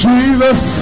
Jesus